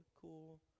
cool